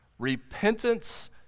Repentance